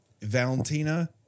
Valentina